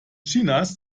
chinas